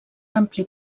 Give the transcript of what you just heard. ampli